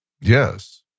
Yes